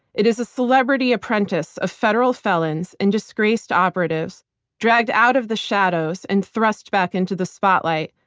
it is a celebrity apprentice of federal felons and disgraced operatives dragged out of the shadows and thrust back into the spotlight,